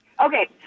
Okay